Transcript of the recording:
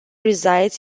resides